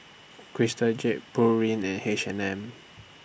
Crystal Jade Pureen and H and M